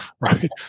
Right